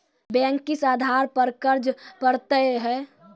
Bank किस आधार पर कर्ज पड़तैत हैं?